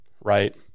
Right